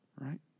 Right